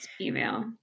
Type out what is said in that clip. email